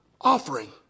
offering